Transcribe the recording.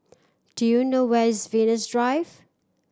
do you know where is Venus Drive